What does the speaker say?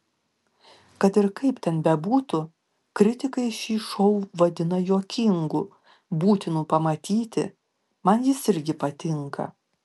kad ir kaip ten bebūtų kritikai šį šou vadina juokingu būtinu pamatyti man jis irgi patinka